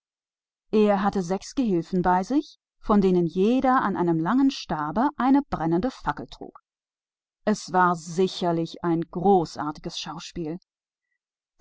er hatte sechs gehilfen bei sich und jeder von ihnen trug an einer langer stange eine brennende fackel es war ein